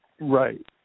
Right